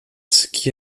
qui